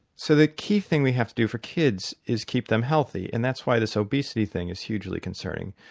so the key thing we have to do for kids is keep them healthy, and that's why this obesity thing is hugely concerning.